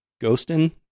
Ghostin